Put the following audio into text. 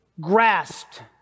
grasped